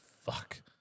fuck